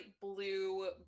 blue